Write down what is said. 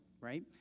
right